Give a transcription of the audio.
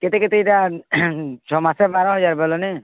କେତେ କେତେ ଏଇଟା ଛଅ ମାସ ବାର ହଜାର ବୋଲ ନାଇଁ